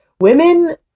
Women